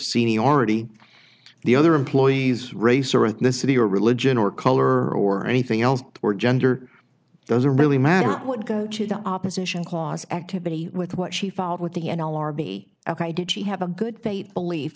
seniority the other employees race or ethnicity or religion or color or anything else or gender doesn't really matter what go to the opposition clause activity with what she filed with the n l r b ok did she have a good faith belief